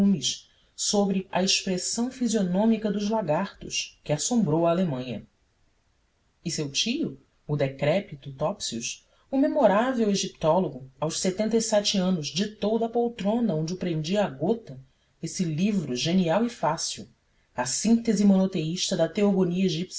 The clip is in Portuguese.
volumes sobre a expressão fisionômica dos lagartos que assombrou a alemanha e seu tio o decrépito topsius o memorável egiptólogo aos setenta e sete anos ditou da poltrona onde o prendia a gota esse livro genial e fácil a síntese monoteísta da teogonia